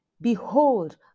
Behold